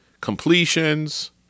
completions